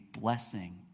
blessing